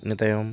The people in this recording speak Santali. ᱤᱱᱟᱹ ᱛᱟᱭᱚᱢ